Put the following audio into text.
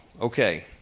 okay